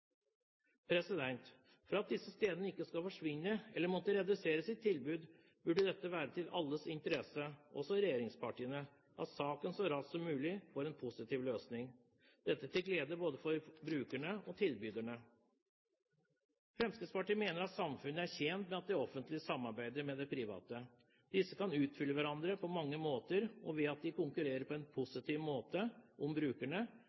rammevilkår. For at disse stedene ikke skal forsvinne eller måtte redusere sitt tilbud, burde det være i alles interesse, også regjeringspartienes, at saken så raskt som mulig får en positiv løsning – dette til glede for både brukerne og tilbyderne. Fremskrittspartiet mener at samfunnet er tjent med at det offentlige samarbeider med det private. Disse kan utfylle hverandre på mange måter, og ved at de konkurrerer på en positiv måte om brukerne,